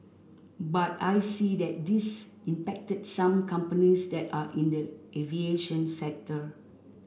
but I see that this impacted some companies that are in the aviation sector